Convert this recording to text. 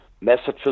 messages